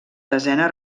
desena